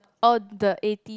oh the eighty